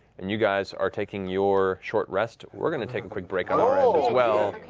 and you guys are taking your short rest, we're going to take a quick break on our end as well.